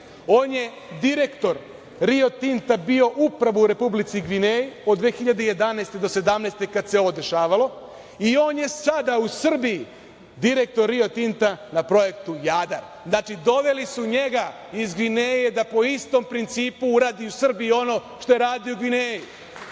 on je direktor Rio Tinta bio upravo u Republici Gvineji od 2011. godine do 2017. godine, kada se ovo dešavalo i on je sada u Srbiji direktor Rio Tinta na projektu Jadar. Znači, doveli su njega iz Gvineje da po istom principu uradi u Srbiji uradi ono što je radio u Gvineji. Dalje,